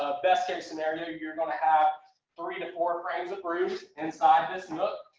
ah best case scenario, you're going to have three to four frames a brood inside this nuc.